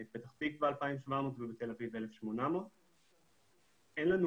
פתח תקווה 2,700 ובתל אביב 1,800. אין לנו